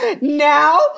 now